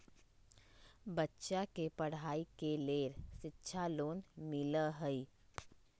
बच्चा के पढ़ाई के लेर शिक्षा लोन मिलहई?